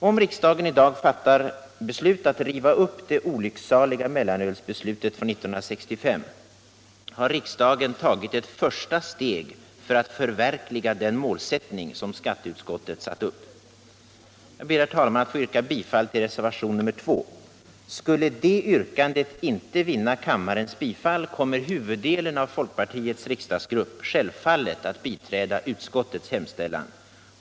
Om riksdagen i dag beslutar att riva upp det olycksaliga mellanölsbeslutet från 1965, har riksdagen tagit ett första steg för att förverkliga den målsättning skatteutskottet satt upp. Jag ber, herr talman, att få yrka bifall till reservationen 2. Skulle detta yrkande inte vinna kammarens bifall kommer huvuddelen av folkpartiets riksdagsgrupp självfallet att biträda utskottets hemställan.